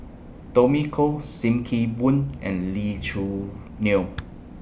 Tommy Koh SIM Kee Boon and Lee Choo Neo